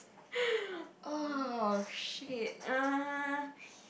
oh shit uh